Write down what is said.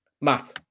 Matt